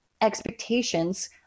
expectations